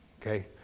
okay